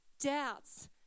doubts